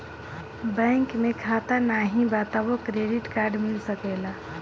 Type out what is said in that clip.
Bank में खाता नाही बा तबो क्रेडिट कार्ड मिल सकेला?